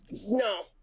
no